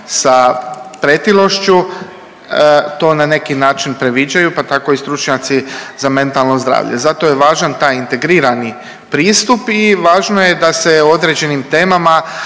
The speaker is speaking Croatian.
sa pretilošću to na neki način previđaju pa tako i stručnjaci za mentalno zdravlje. Zato je važan taj integrirani pristup i važno je da se određenim temama